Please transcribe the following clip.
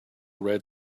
red